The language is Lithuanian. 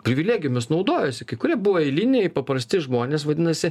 privilegijomis naudojosi kai kurie buvo eiliniai paprasti žmonės vadinasi